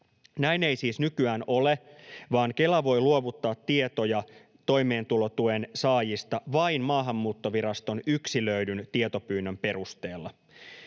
Näin ei siis nykyään ole, vaan Kela voi luovuttaa tietoja toimeentulotuen saajista vain Maahanmuuttoviraston yksilöidyn tietopyynnön perusteella.